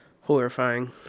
Horrifying